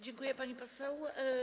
Dziękuję, pani poseł.